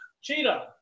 Cheetah